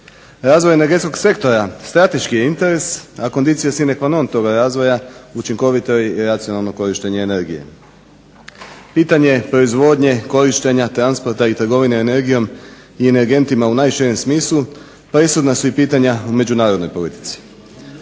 Razvoj energetskog sektora strateški je interes a conditio sine qua non toga razvoja učinkovito i racionalno korištenje energije. Pitanja proizvodnje, korištenja, transporta i trgovine energijom i energentima u najširem smislu presudna su i pitanja u međunarodnoj politici.